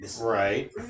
Right